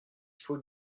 faut